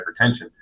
hypertension